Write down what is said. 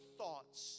thoughts